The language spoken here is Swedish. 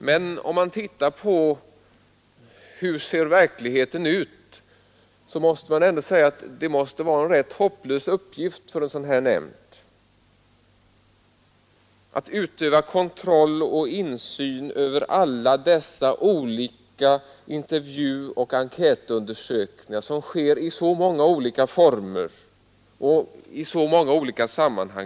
Men när man tittar på hur verkligheten ser ut måste man säga sig att det blir en rätt hopplös uppgift för en sådan här nämnd att utöva kontroll och insyn över alla dessa intervjuoch enkätundersökningar som sker i så många olika former och i så många olika sammanhang.